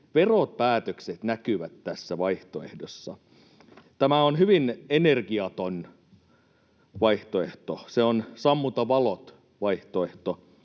veropäätökset näkyvät tässä vaihtoehdossa. Tämä on hyvin energiaton vaihtoehto. Se on ”sammuta valot” ‑vaihtoehto.